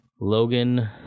Logan